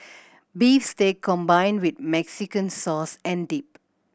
beef steak combined with Mexican sauce and dip